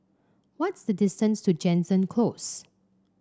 what is the distance to Jansen Close